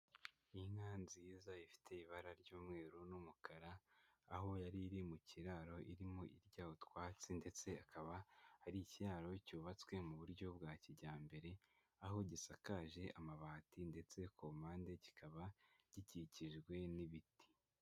Inka nziza ifite ibara ry'umweru n'umukara, aho yari iri mu kiraro irimo irya utwatsi. Ndetse akaba ari ikiraro cyubatswe mu buryo bwa kijyambere, aho gisakaje amabati. Ndetse ku mpande kikaba gikikijwe n'ibiti.